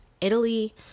Italy